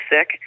sick